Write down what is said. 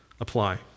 apply